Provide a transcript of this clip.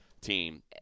team